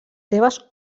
seves